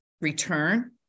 return